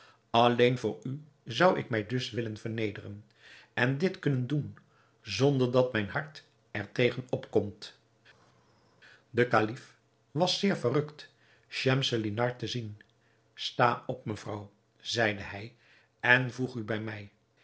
alleen voor u zou ik mij dus willen vernederen en dit kunnen doen zonder dat mijn hart er tegen opkomt de kalif was zeer verrukt schemselnihar te zien sta op mevrouw zeide hij en voeg u bij mij